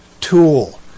tool